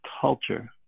culture